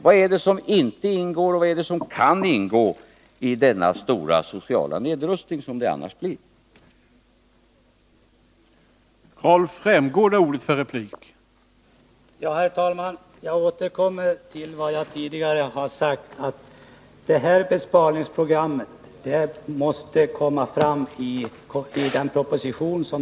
Vad är det som inte ingår och vad är det som kan ingå i den stora sociala nedrustning som det kan bli fråga om?